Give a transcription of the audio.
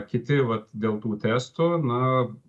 kiti vat dėl tų testų na